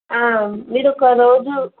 మీరొక రోజు